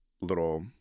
little